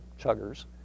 chuggers